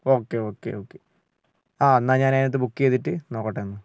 okay okay okay ആ എന്നാൽ ഞാൻ അതിനകത്ത് ബുക്ക് ചെയ്തിട്ട് നോക്കട്ടെ ഒന്ന്